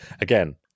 Again